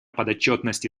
подотчетности